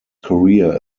career